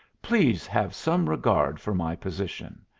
please have some regard for my position.